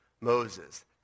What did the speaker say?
Moses